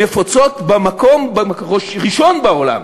נפוצות במקום הראשון בעולם